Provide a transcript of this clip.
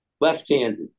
left-handed